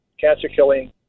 cancer-killing